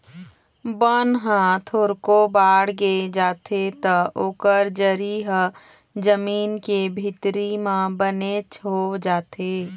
बन ह थोरको बाड़गे जाथे त ओकर जरी ह जमीन के भीतरी म बनेच हो जाथे